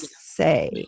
say